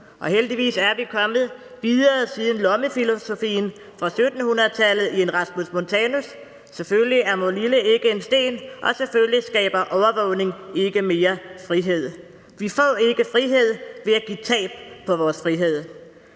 Og heldigvis er vi kommet videre siden Erasmus Montanus' lommefilosofi fra 1700-tallet: Selvfølgelig er morlille ikke en sten, og selvfølgelig skaber overvågning ikke mere frihed. Vi får ikke frihed ved at give køb på vores frihed.